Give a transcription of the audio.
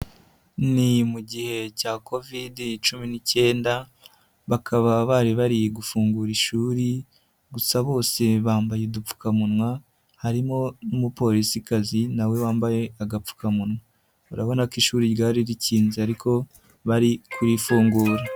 Ni mu gihe cya Covid 19 bakaba bari bari gufungura ishuri gusa bose bambaye udupfukamunwa harimo n'umupolisikazi na we wambaye agapfukamunwa, urabona ko ishuri ryari rikinze ariko bari kurifungura.